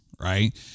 right